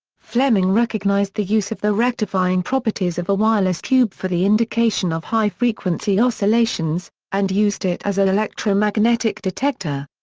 fleming recognized the use of the rectifying properties of a wireless tube for the indication of high frequency oscillations, and used it as a electromagnetic detector.